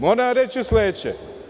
Moram vam reći sledeće.